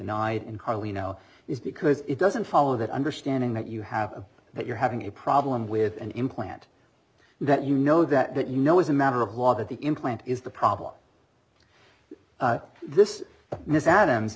in carlino is because it doesn't follow that understanding that you have that you're having a problem with an implant that you know that that you know is a matter of law that the implant is the problem this miss adams